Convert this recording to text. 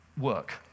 work